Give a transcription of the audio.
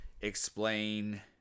Explain